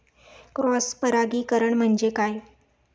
Cross परागीकरण म्हणजे काय?